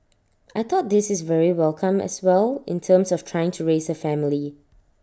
I thought this is very welcome as well in terms of trying to raise A family